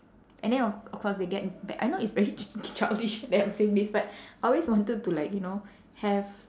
and then of of course they get b~ I know it's very ch~ childish that I'm saying this but I always wanted to like you know have